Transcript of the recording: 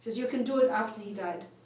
you can do it after he died